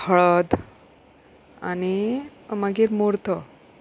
हळद आनी मागीर मूर्त